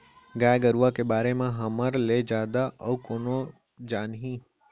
गाय गरूवा के बारे म हमर ले जादा अउ कोन जानही